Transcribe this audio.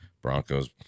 Broncos